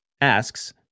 asks